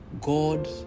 God